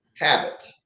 habit